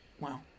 Wow